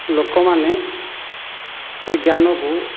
ଲୋକ ଲୋକମାନେ ସେହି ଜ୍ଞାନକୁ